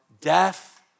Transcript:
death